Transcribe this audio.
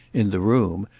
in the room,